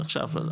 עכשיו,